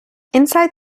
inside